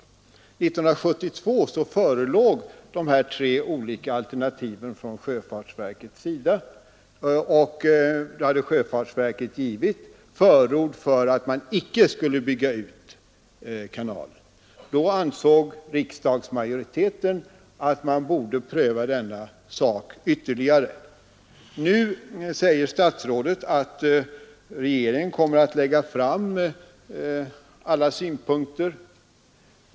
1972 förelåg de tre olika alternativen från sjöfartsverkets sida, och då hade sjöfartsverket givit förord för att man icke skulle bygga ut kanalen. Då ansåg riksdagsmajoriteten att man borde pröva denna sak ytterligare. Nu säger statsrådet att regeringen kommer att lägga fram alla synpunkter.